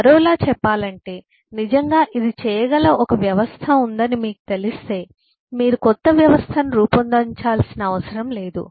మరోలా చెప్పాలంటే నిజంగా ఇది చేయగల ఒక వ్యవస్థ ఉందని మీకు తెలిస్తే మీరు కొత్త వ్యవస్థను రూపొందించాల్సిన అవసరం లేదు